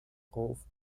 ruf